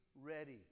ready